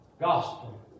gospel